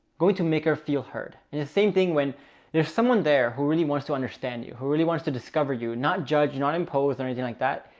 going to make her feel heard. and the same thing when there's someone there who really wants to understand you, who really wants to discover you and not judge, not impose or anything like that,